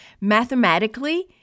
mathematically